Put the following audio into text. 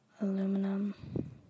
Aluminum